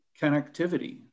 connectivity